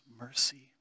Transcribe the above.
mercy